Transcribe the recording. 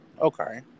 Okay